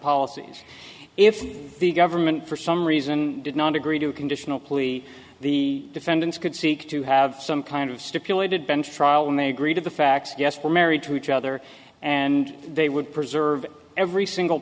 policies if the government for some reason did not agree to a conditional plea the defendants could seek to have some kind of stipulated bench trial may agree to the facts yes for married to each other and they would preserve every single